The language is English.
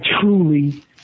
truly